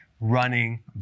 running